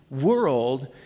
world